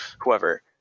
whoever